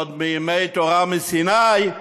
עוד מימי תורה מסיני,